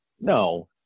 No